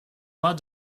mois